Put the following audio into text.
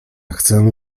chcę